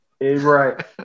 right